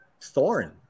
thorn